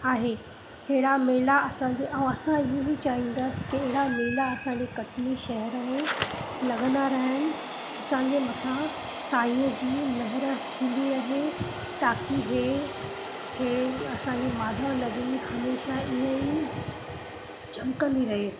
आहे हेड़ा मेला असांजे ऐं असां इहो ई चाहींदासीं कि अहिड़ा मेला असांजे कटनी शहर में लॻंदा रहनि असांजे मथां साईअ जी मेहर थींदी रहे ताकी हे हे असांजे माधव नगरी हमेशह ईअं ई चमकंदी रहे